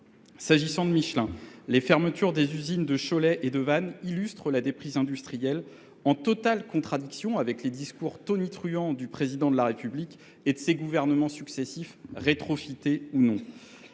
Excel. Pour Michelin, les fermetures des usines de Cholet et de Vannes illustrent la déprise industrielle, en totale contradiction avec les discours tonitruants du Président de la République et de ses gouvernements successifs, rétrofités ou non.